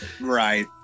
Right